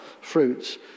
fruits